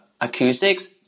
acoustics